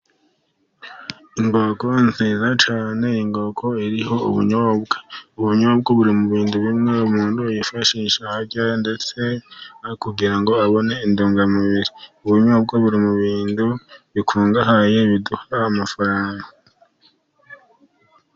Inkoko ntziza cyane, inkoko iriho ubunyobwa. Ubunyobwa buri mu bintu bimwe umuntu yifashisha arya ndetse kugira ngo abone intungamubiri, ubunyobwa buri mu bintu bikungahaye biduha amafaranga.